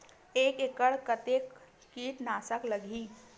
एक एकड़ कतेक किट नाशक लगही?